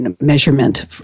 measurement